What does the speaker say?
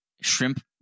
shrimp